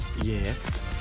Yes